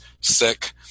sick